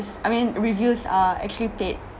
I mean reviews are actually paid